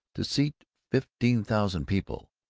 to seat fifteen thousand people.